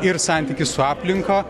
ir santykis su aplinka